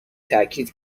تاکید